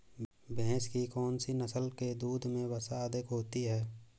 भैंस की कौनसी नस्ल के दूध में वसा अधिक होती है?